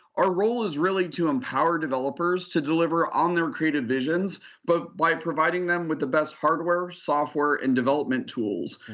our role is really to empower developers to deliver on their creative visions but by providing them with the best hardware, software, and development tools.